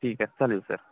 ठीक आहे चालेल सर